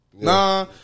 Nah